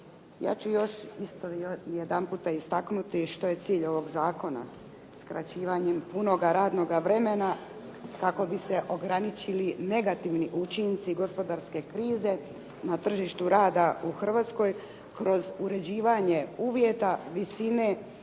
Ja ću još isto jedanputa istaknuti što je cilj ovog zakona skraćivanjem punoga radnoga vremena kako bi se ograničili negativni učinci gospodarske krize na tržištu rada u Hrvatskoj kroz uređivanje uvjeta visine